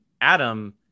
Adam